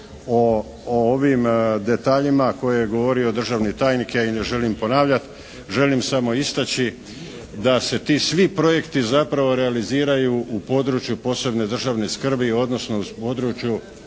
O ovim detaljima koje je govorio državni tajnik, ja ih ne želim ponavljat, želim samo istaći da se ti svi projekti zapravo realiziraju u području posebne državne skrbi odnosno u području